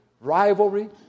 rivalry